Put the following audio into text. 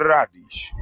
Radish